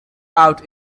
out